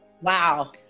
wow